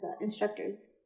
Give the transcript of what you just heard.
instructors